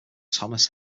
thomas